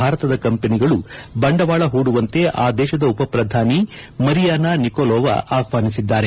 ಭಾರತದ ಕಂಪನಿಗಳು ಬಂಡವಾಳ ಪೂಡುವಂತೆ ಆ ದೇಶದ ಉಪ ಪ್ರಧಾನಿ ಮರಿಯಾನ ನಿಕೋಲೋವಾ ಆಹ್ವಾನಿಸಿದ್ದಾರೆ